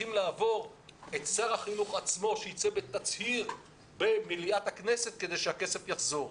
לעבור את שר החינוך עצמו שיצא בתצהיר במליאת הכנסת כדי שהכסף יחזור.